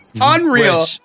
Unreal